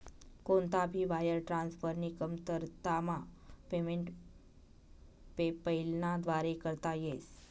कोणता भी वायर ट्रान्सफरनी कमतरतामा पेमेंट पेपैलना व्दारे करता येस